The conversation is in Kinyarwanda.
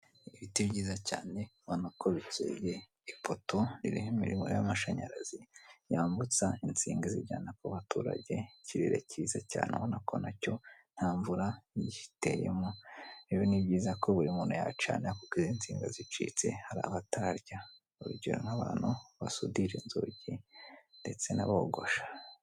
Ibiti byiza cyane ubona ko bikeye ipoto ririho imirimo y'amashanyarazi yambutsa insinga zijyana ku baturage ikirere cyiza cyane ubona ko nacyo nta mvura yifitemo ibi ni byiza ko buri muntu yacana akubwire insinga zicitse hari aho atajya urugero nk'abantu basudira inzugi ndetse n'abogosha.